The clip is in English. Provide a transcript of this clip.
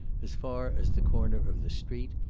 as far as the corner of the street,